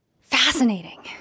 fascinating